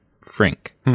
Frank